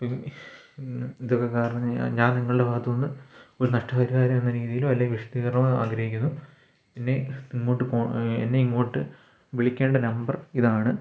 E ഇതൊക്കെ കാരണം ഞാൻ നിങ്ങളുടെ ഭാഗത്തുനിന്ന് ഒരു നഷ്ടപരിഹാരം എന്ന രീതിയിലോ അല്ലെങ്കിൽ വിശദീകരണം ആഗ്രഹിക്കുന്നു ഇനി ഇങ്ങോട്ട് പോ എന്നെ ഇങ്ങോട്ട് വിളിക്കേണ്ട നമ്പർ ഇതാണ്